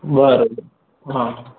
બરાબર હં